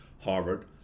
Harvard